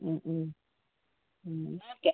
okay